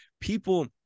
people